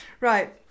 Right